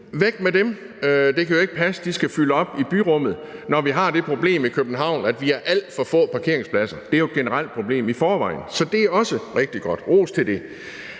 Væk med dem, for det kan jo ikke passe, at de skal fylde op i byrummet, når vi har det problem i København, at vi har alt for få parkeringspladser. Det er jo et generelt problem i forvejen. Så det er også rigtig godt; ros for det.